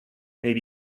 maybe